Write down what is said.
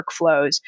workflows